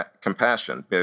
compassion